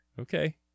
Okay